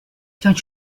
don’t